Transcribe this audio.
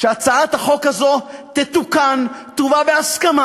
שהצעת החוק הזאת תתוקן, תובא בהסכמה.